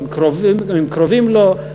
עם קרובים לו,